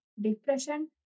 depression